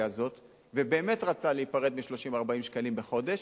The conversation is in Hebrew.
הזאת ובאמת רצה להיפרד מ-30 40 שקלים בחודש,